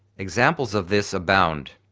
examples of this abound.